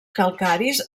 calcaris